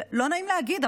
לא נעים להגיד,